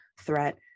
threat